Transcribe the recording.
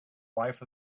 life